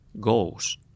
goals